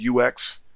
UX